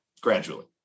Gradually